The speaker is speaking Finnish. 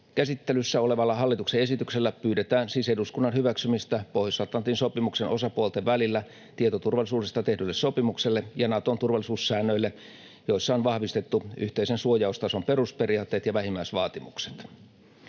Käsittelyssä olevalla hallituksen esityksellä pyydetään siis eduskunnan hyväksymistä Pohjois-Atlantin sopimuksen osapuolten välillä tietoturvallisuudesta tehdylle sopimukselle ja Naton turvallisuussäännöille, joissa on vahvistettu yhteisen suojaustason perusperiaatteet ja vähimmäisvaatimukset.